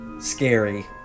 scary